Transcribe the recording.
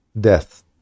death